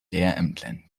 lehrämtlern